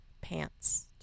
pants